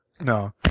no